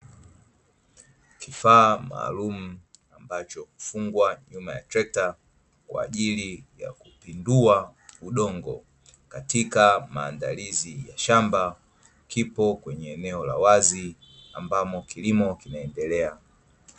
Kifaa maalumu, ambacho hufungwa nyuma ya treka kwa ajili ya kupindua udongo katika maandalizi ya shamba, kipo kwenye eneo la wazi ambamo kilimo kinaendelea.